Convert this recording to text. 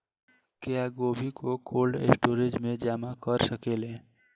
क्या गोभी को कोल्ड स्टोरेज में जमा कर सकिले?